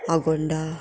Agonda